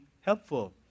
helpful